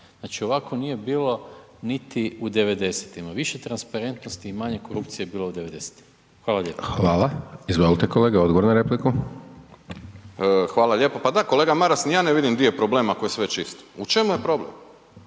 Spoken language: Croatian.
Znači, ovako nije bilo niti u '90.-tima, više transparentnosti i manje korupcije je bilo u '90.-tima. Hvala lijepo. **Hajdaš Dončić, Siniša (SDP)** Hvala. Izvolite kolega odgovor na repliku. **Đujić, Saša (SDP)** Hvala lijepo. Pa da kolega Maras, ni ja ne vidim di je problem ako je sve čisto, u čemu je problem?